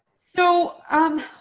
so um